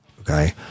okay